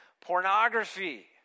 Pornography